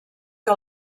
que